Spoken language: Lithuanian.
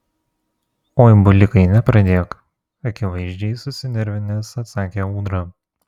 oi bulikai nepradėk akivaizdžiai susinervinęs atsakė ūdra